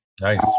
Nice